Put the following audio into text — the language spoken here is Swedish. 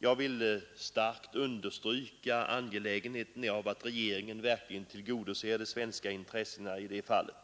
Jag vill starkt understryka angelägenheten av att regeringen verkligen tillgodoser de svenska intresserna härvidlag.